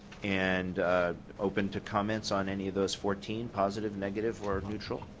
and open to comment on any of those fourteen positive negative or neutral.